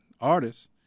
artists